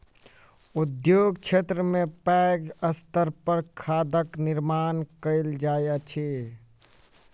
उद्योग क्षेत्र में पैघ स्तर पर खादक निर्माण कयल जाइत अछि